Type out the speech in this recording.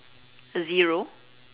zero